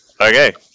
Okay